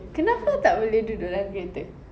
kenapa tak boleh duduk dalam kereta